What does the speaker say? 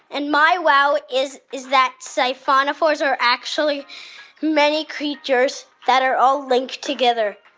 and my wow is is that siphonophores are actually many creatures that are all linked together.